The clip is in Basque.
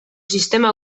sistema